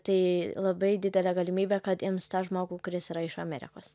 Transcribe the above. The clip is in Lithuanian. tai labai didelė galimybė kad ims tą žmogų kuris yra iš amerikos